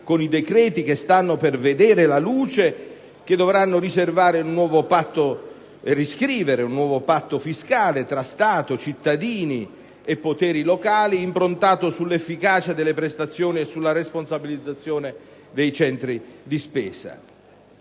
con i decreti che stanno per vedere la luce e che dovranno riscrivere un nuovo patto fiscale fra Stato, cittadini e poteri locali, improntato all'efficacia delle prestazioni e alla responsabilizzazione dei centri di spesa,